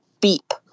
beep